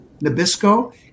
Nabisco